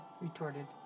Retorted